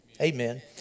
Amen